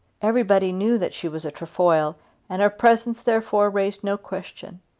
everybody knew that she was a trefoil and her presence therefore raised no question.